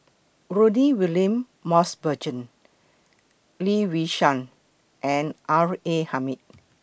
Rudy William Mosbergen Lee Yi Shyan and R A Hamid